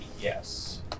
yes